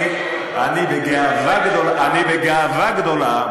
אני בגאווה גדולה,